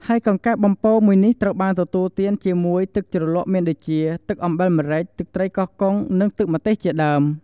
ហើយកង្កែបបំពង មួយនេះត្រូវបានទទួលទានជាមួយ ទឹកជ្រលក់មានដូចជា ទឹកអំបិលម្រេច ទឹកត្រីកោះកុង និងទឹកម្ទេសជាដើម។